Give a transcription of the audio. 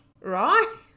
right